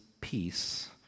peace